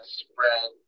spread